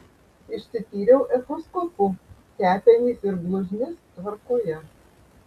išsityriau echoskopu kepenys ir blužnis tvarkoje